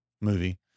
movie